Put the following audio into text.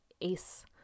ACE